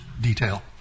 detail